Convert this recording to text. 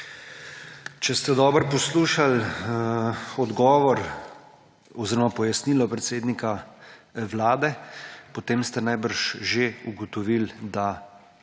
Če ste dobro poslušali odgovor oziroma pojasnilo predsednika Vlade, potem ste najbrž že ugotovili, da